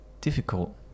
difficult